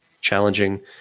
challenging